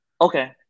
Okay